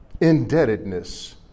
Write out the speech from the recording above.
indebtedness